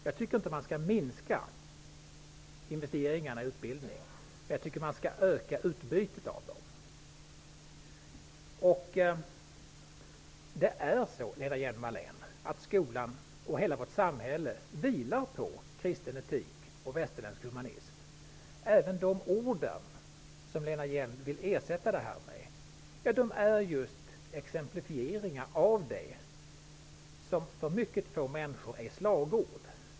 Jag anser inte att vi skall minska investeringarna i utbildning, utan jag anser att vi skall öka utbytet av dem. Det är så, Lena Hjelm-Wallén, att skolan och hela vårt samhälle vilar på kristen etik och västerländsk humanism. Även de ord som Lena Hjelm-Wallén vill ersätta detta med är just exemplifieringar av kristen etik och västerländsk humanism, något som för mycket få människor är slagord.